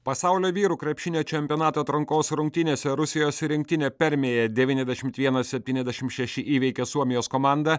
pasaulio vyrų krepšinio čempionato atrankos rungtynėse rusijos rinktinė permėje devyniasdešimt vienas septyniasdešimt šeši įveikė suomijos komandą